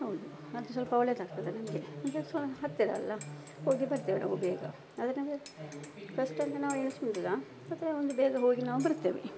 ಹೌದು ಮತ್ತೆ ಸ್ವಲ್ಪ ಒಳ್ಳೆಯದಾಗ್ತದೆ ನಮಗೆ ಅದು ಸಹ ಹತ್ತಿರ ಅಲ್ಲ ಹೋಗಿ ಬರ್ತೇವೆ ನಾವು ಬೇಗ ಅದಕ್ಕಂತ ಕಷ್ಟ ಅಂತ ನಾವು ಎಣಿಸೋದಿಲ್ಲ ಮತ್ತು ಒಂದು ಬೇಗ ಹೋಗಿ ನಾವು ಬರ್ತೇವೆ